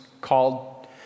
called